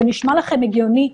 זה נשמע לכם הגיוני?